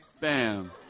Bam